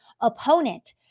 opponent